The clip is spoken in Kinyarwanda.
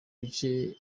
bice